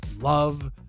love